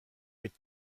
mit